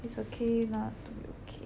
It's Okay Not to Be Okay